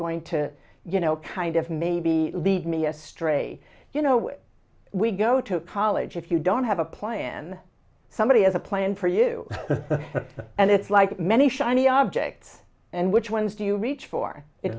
going to you know kind of maybe lead me astray you know we go to college if you don't have a plan somebody has a plan for you and it's like many shiny objects and which ones do you reach for it